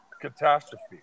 catastrophe